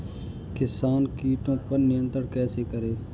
किसान कीटो पर नियंत्रण कैसे करें?